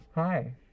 Hi